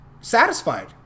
satisfied